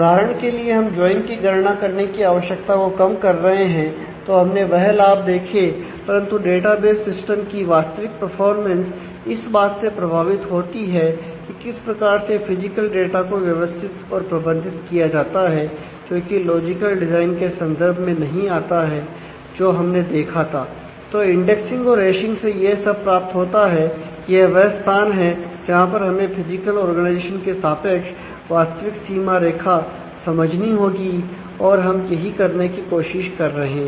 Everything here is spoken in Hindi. उदाहरण के लिए हम ज्वाइन के सापेक्ष वास्तविक सीमा रेखा समझनी होगी और हम यही करने की कोशिश कर रहे हैं